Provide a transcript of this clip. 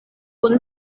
kun